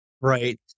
Right